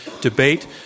debate